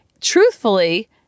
truthfully